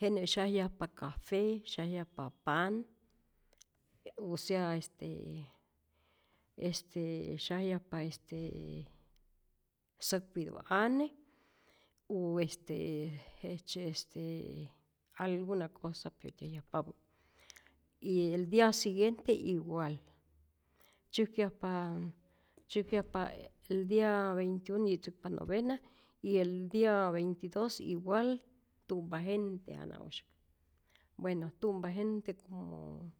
jenä syajyajpa café, syajyajpa pan, u sea este este syajyajpa este säkpitu ane u este jejtzye este alguna cosa que kyäyajpapä, y el dia siguiente igual, tzyäjkyajpa tzäjkyajpa el dia veintiuno nyitzäkpa novena y el dia veintidos igual tu'mpa gente jana'usyak, bueno tu'mpa gente como